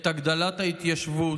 את הגדלת ההתיישבות.